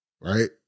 right